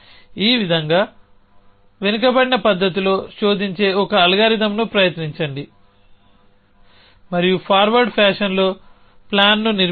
ఈ విధంగా వెనుకబడిన పద్ధతిలో శోధించే ఒక అల్గారిథమ్ను ప్రయత్నించండి మరియు ఫార్వర్డ్ ఫ్యాషన్లో ప్లాన్ను నిర్మించడం